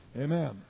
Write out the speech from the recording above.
Amen